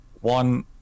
one